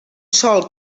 sòl